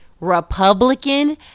republican